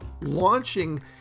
launching